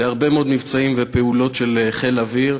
להרבה מאוד מבצעים ופעולות של חיל האוויר,